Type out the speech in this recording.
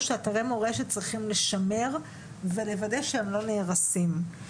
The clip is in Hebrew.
שאתרי מורשת צריך לשמר ולוודא שהם לא נהרסים.